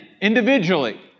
individually